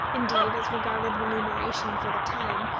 indeed, as regarded remuneration for the time,